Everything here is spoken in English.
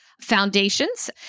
Foundations